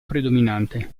predominante